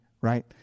Right